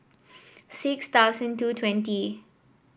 six thousand two twenty